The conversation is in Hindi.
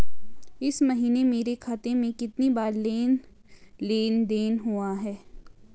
इस महीने मेरे खाते में कितनी बार लेन लेन देन हुआ है?